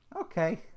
Okay